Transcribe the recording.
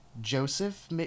Joseph